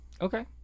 Okay